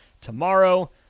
tomorrow